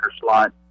slot